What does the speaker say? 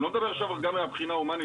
אני לא מדבר עכשיו גם מהבחינה ההומנית,